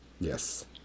Yes